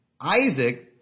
Isaac